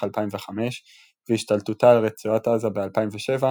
2005 והשתלטותה על רצועת עזה ב-2007,